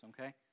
okay